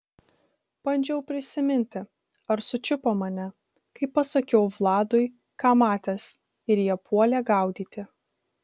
bandžiau prisiminti ar sučiupo mane kai pasakiau vladui ką matęs ir jie puolė gaudyti